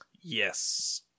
Yes